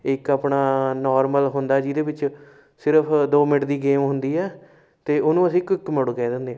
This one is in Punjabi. ਇੱਕ ਆਪਣਾ ਨੋਰਮਲ ਹੁੰਦਾ ਜਿਹਦੇ ਵਿੱਚ ਸਿਰਫ ਦੋ ਮਿੰਟ ਦੀ ਗੇਮ ਹੁੰਦੀ ਹੈ ਅਤੇ ਉਹਨੂੰ ਅਸੀਂ ਕੁਇੱਕ ਮੋਡ ਕਹਿ ਦਿੰਦੇ